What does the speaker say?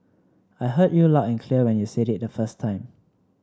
I heard you loud and clear when you said it the first time